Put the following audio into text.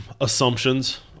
assumptions